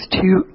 two